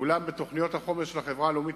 אולם בתוכניות החומש של החברה הלאומית